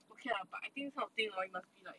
okay lah but I think these kind of thing hor must be like